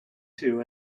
two